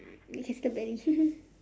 can see the belly